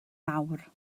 nawr